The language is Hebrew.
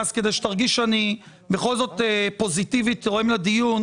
אני מציע לכם לקחת את הכסף הזה מהכספים הקואליציוניים.